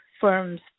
firms